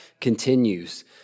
continues